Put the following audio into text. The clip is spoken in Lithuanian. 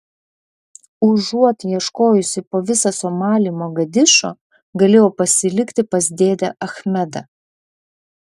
užuot ieškojusi po visą somalį mogadišo galėjau pasilikti pas dėdę achmedą